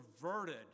perverted